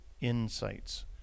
Insights